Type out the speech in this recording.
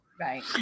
Right